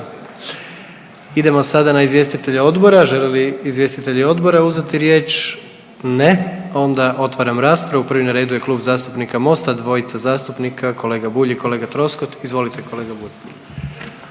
Idemo sada na izvjestitelja odbora, žele li izvjestitelji odbora uzeti riječ? Ne, onda otvaram raspravu. Prvi na redu je Klub zastupnika Mosta dvojica zastupnika kolega Bulj i kolega Troskot. Izvolite kolega Bulj.